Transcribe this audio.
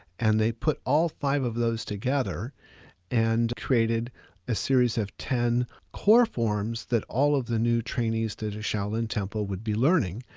and they put all five of those together and created a series of ten core forms that all of the new trainees to the shaolin temple would be learning.